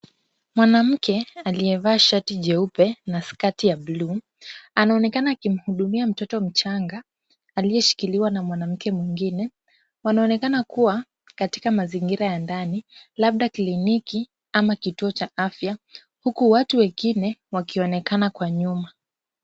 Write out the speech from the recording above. Mwanamke aliyevaa shati njeupe na sketi ya bluu anaonekana akimhudumia mtoto mchanga aliyeshikiliwa na mwanamke mwingine. Wanaonekana kuwa katika mazingira ya ndani, labda kliniki ama kituo cha afya, huku watu wengine wakionekana kwa nyuma.